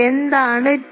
എന്താണ് TA